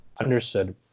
Understood